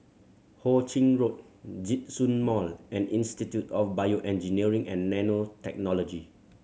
Ho Ching Road Djitsun Mall and Institute of BioEngineering and Nanotechnology